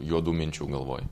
juodų minčių galvoj